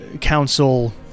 council